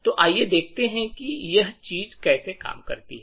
तो आइए देखते हैं कि यह चीज कैसे काम करती है